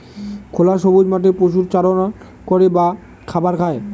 খোলা সবুজ মাঠে পশুরা চারণ করে বা খাবার খায়